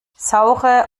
saure